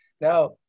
Now